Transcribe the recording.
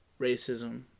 racism